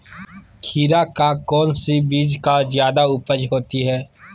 खीरा का कौन सी बीज का जयादा उपज होती है?